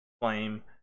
flame